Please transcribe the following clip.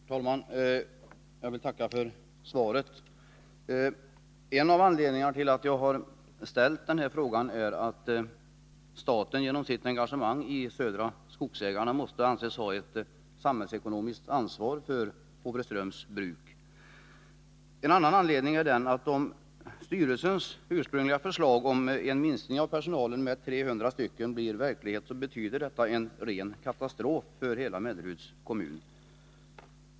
Herr talman! Jag vill tacka för svaret. En av anledningarna till att jag ställt denna fråga är att staten genom sitt engagemang i Södra Skogsägarna måste anses ha ett samhällsekonomiskt ansvar för Håvreströms Bruk. En annan anledning är den att om styrelsens ursprungliga förslag om en minskning av personalen med 300 personer blir verklighet, så betyder det en ren katastrof för hela Melleruds kommun.